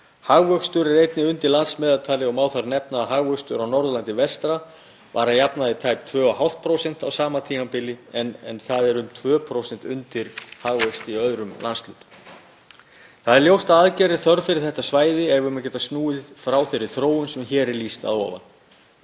Hagvöxtur er einnig undir landsmeðaltali og má þar nefna að hagvöxtur á Norðurlandi vestra var að jafnaði tæp 2,5% á sama tímabili, en það er um 2% undir hagvexti í öðrum landshlutum. Það er ljóst að aðgerða er þörf fyrir þetta svæði ef við eigum að geta snúið frá þeirri þróun sem lýst er hér að ofan.